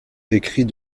écrit